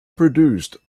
produced